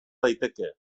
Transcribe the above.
daiteke